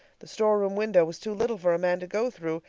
the store room window was too little for a man to go through,